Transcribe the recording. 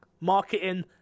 marketing